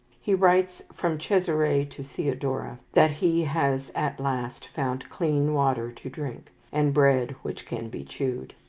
he writes from caesarea to theodora that he has at last found clean water to drink, and bread which can be chewed.